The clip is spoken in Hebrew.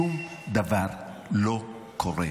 שום דבר לא קורה.